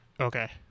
Okay